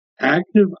active